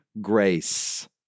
grace